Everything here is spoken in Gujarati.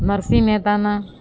નરસિંહ મહેતા